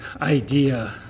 idea